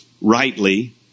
rightly